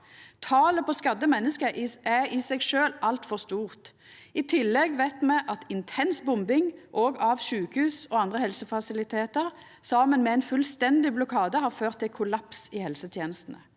Talet på skadde menneske er i seg sjølv altfor stort. I tillegg veit me at intens bombing – òg av sjukehus og andre helsefasilitetar – saman med ein fullstendig blokade har ført til kollaps i helsetenestene.